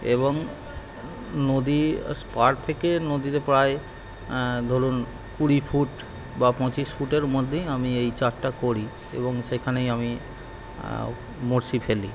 এবং নদী স্পার থেকে নদীতে প্রায় ধরুন কুড়ি ফুট বা পঁচিশ ফুটের মধ্যেই আমি এই চারটা করি এবং সেখানেই আমি বড়শি ফেলি